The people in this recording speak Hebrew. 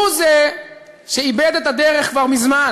הוא זה שאיבד את הדרך כבר מזמן